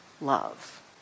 love